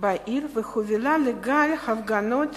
בעיר והובילה לגל הפגנות